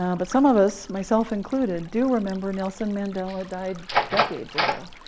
um but some of us, myself included, do remember nelson mandela died decades ago.